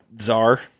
czar